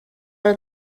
are